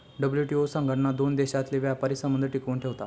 WTO संघटना दोन देशांतले व्यापारी संबंध टिकवन ठेवता